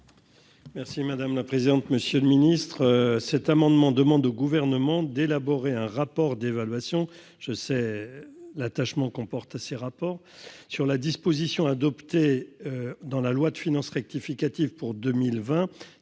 Merci madame la présidente, monsieur le Ministre, cet amendement, demande au gouvernement d'élaborer un rapport d'évaluation je sais l'attachement comporte 6 rapports sur la disposition adoptée dans la loi de finances rectificative pour 2020,